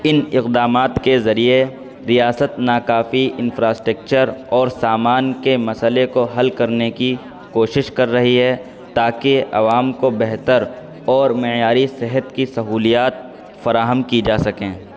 ان اقدامات کے ذریعے ریاست ناکافی انفرااسٹکچر اور سامان کے مسئلے کو حل کرنے کی کوشش کر رہی ہے تاکہ عوام کو بہتر اور معیاری صحت کی سہولیات فراہم کی جا سکیں